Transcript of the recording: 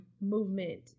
movement